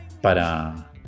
para